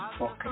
Okay